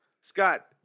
Scott